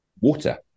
water